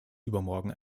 übermorgen